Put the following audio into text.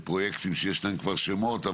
אלה פרויקטים שיש להם כבר שמות,